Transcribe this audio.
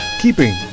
Keeping